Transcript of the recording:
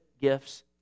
gifts